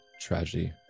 tragedy